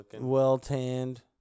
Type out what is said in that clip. well-tanned